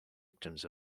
victims